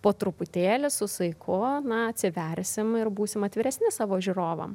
po truputėlį su saiku na atsiversim ir būsim atviresni savo žiūrovam